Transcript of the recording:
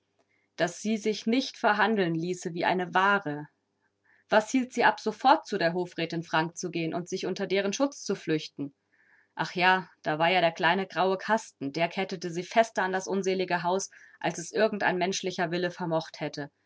daß sie sich nicht verhandeln ließe wie eine ware was hielt sie ab sofort zu der hofrätin frank zu gehen und sich unter deren schutz zu flüchten ach da war ja der kleine graue kasten der kettete sie fester an das unselige haus als es irgend ein menschlicher wille vermocht hätte